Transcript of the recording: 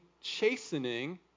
chastening